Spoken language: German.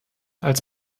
als